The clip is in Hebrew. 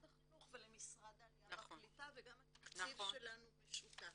החינוך ולמשרד העלייה והקליטה וגם התקציב שלנו משותף.